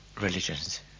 religions